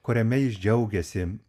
kuriame jis džiaugiasi